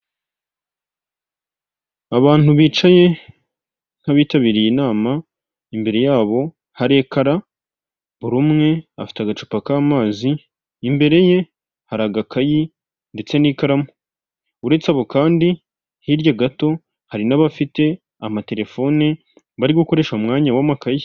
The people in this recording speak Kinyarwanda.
Abantu bicaye nk'abitabiriye inama imbere yabo hari ekara, buri umwe afite agacupa k'amazi, imbere ye hari agakayi ndetse n'ikaramu, uretse abo kandi hirya gato hari n'abafite amaterefoni bari gukoresha mu mwanya w'amakayi.